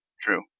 True